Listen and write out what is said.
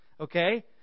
Okay